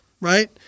Right